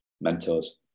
mentors